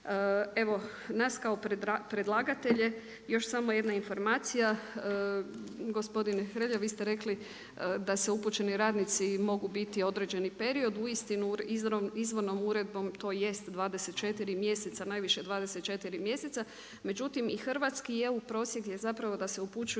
Evo, nas kao predlagatelje još samo jedna informacija, gospodine Hrelja vi ste rekli da se upućeni radnici mogu biti određeni period, uistinu izvornom uredbom to jest 24 mjeseca, najviše 24 mjeseca međutim i hrvatski i EU prosjek je zapravo da se upućuju